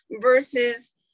versus